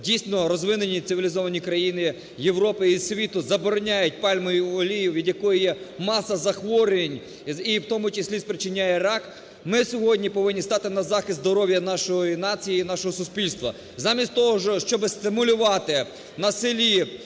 дійсно, розвинені, цивілізовані країни Європи і світу забороняють пальмову олію, від якої маса захворювань і в тому числі спричиняє рак. Ми сьогодні повинні стати на захист здоров'я нашої нації, нашого суспільства. Замість того, щоб стимулювати на селі